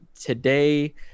today